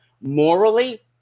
morally